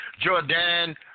Jordan